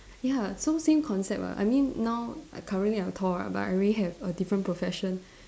ya so same concept ah I mean now currently I'm tall right but I already have a different profession